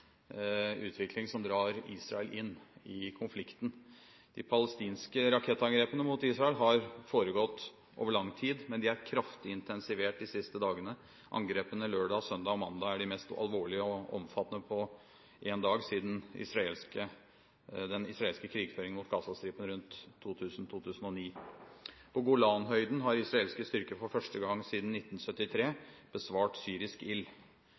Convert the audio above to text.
utvikling som drar Israel inn i konflikten. De palestinske rakettangrepene mot Israel har foregått over lang tid, men de er kraftig intensivert de siste dagene. Angrepene lørdag, søndag og mandag er de mest alvorlige og omfattende på én dag siden den israelske krigføring mot Gazastripen rundt 2008–2009. På Golanhøyden har israelske styrker for første gang siden 1973 besvart syrisk